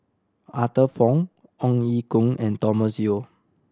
Arthur Fong Ong Ye Kung and Thomas Yeo